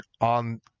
on